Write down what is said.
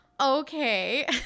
okay